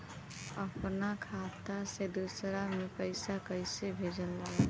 अपना खाता से दूसरा में पैसा कईसे भेजल जाला?